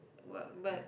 but but